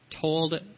told